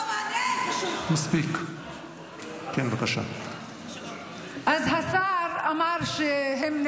הילכו שניים בלתי אם נועדו.